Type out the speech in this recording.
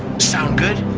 sound good?